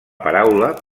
paraula